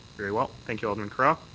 very well. thank you, alderman carra.